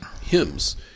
hymns